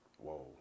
Whoa